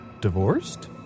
divorced